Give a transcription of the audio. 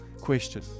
question